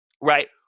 right